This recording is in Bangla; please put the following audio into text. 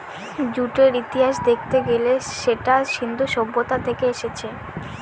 জুটের ইতিহাস দেখতে গেলে সেটা সিন্ধু সভ্যতা থেকে এসেছে